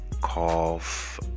cough